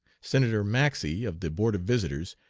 senator maxey, of the board of visitors,